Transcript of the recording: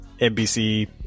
NBC